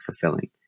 fulfilling